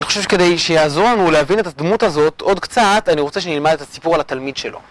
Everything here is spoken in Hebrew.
אני חושב שכדי שיעזור לנו להבין את הדמות הזאת עוד קצת, אני רוצה שנלמד את הסיפור על התלמיד שלו.